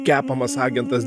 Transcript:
kepamas agentas